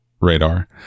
radar